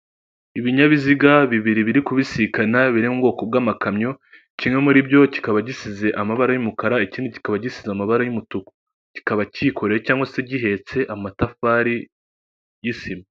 Ibinyabiziga bibiri biri kubisikana biri mu bwoko bw'amakamyo kimwe muri byo kikaba gisize amabara y'umukara, ikindi kikaba gisize amabara y'umutuku kikaba kikorewe cyangwa se gihetse amatafari y'isima.